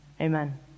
Amen